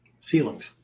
ceilings